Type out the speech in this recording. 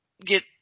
get